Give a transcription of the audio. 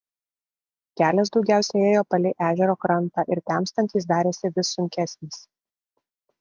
kelias daugiausiai ėjo palei ežero krantą ir temstant jis darėsi vis sunkesnis